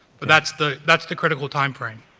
but that's the that's the critical time frame.